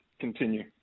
continue